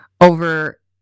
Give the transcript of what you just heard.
over